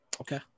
Okay